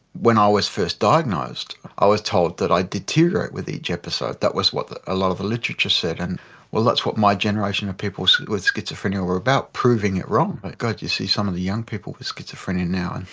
when i ah was first diagnosed i was told that i'd deteriorate with each episode, that was what a ah lot of the literature said. and well, that's what my generation of people with schizophrenia were about, proving it wrong. god, you see some of the young people with schizophrenia now, and